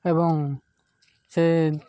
ଏବଂ ସେ